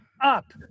up